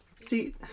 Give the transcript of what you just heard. See